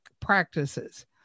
practices